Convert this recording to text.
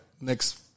next